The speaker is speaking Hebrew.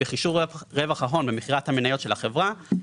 בחישוב רווח ההון ממכירת המניות של החברה,